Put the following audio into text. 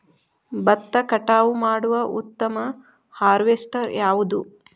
ಭತ್ತ ಕಟಾವು ಮಾಡುವ ಉತ್ತಮ ಹಾರ್ವೇಸ್ಟರ್ ಯಾವುದು?